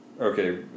Okay